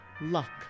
luck